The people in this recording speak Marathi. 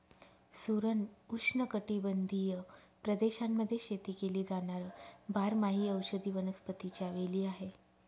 सुरण उष्णकटिबंधीय प्रदेशांमध्ये शेती केली जाणार बारमाही औषधी वनस्पतीच्या वेली आहे